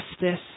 justice